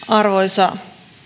arvoisa